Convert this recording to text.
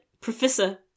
Professor